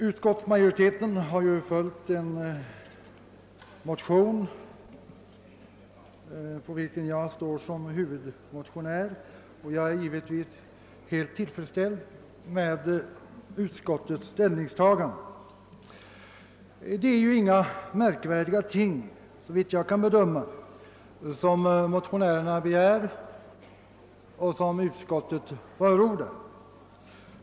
Utskottsmajoriteten har följt en motion för vilken jag står som huvudmotionär, och jag är givetvis helt tillfredsställd med utskottets ställningstagande. Det är ju inga märkvärdiga ting, såvitt jag kan bedöma, som motionärerna begär och som utskottet förordar.